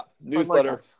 Newsletter